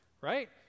right